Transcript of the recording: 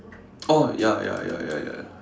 oh ya ya ya ya ya